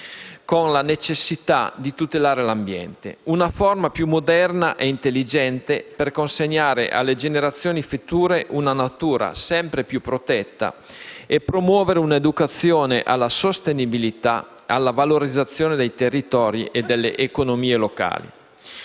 con la necessità di tutelare l'ambiente. Si tratta di una forma di gestione più moderna e intelligente, al fine di consegnare alle generazioni future una natura sempre più protetta e di promuovere un'educazione alla sostenibilità e alla valorizzazione dei territori e delle economie locali.